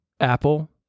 Apple